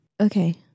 okay